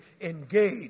engage